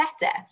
better